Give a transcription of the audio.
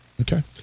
Okay